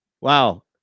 Wow